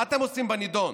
מה אתם עושים בנדון?